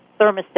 thermostat